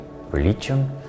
religion